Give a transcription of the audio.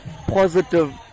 positive